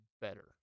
better